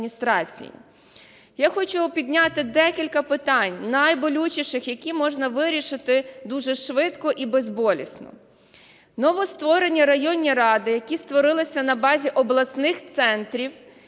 Я хочу підняти декілька питань найболючіших, які можна вирішити дуже швидко і безболісно. Новостворені районні ради, які створилися на базі обласних центрів